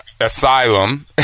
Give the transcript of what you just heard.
Asylum